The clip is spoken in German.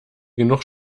genug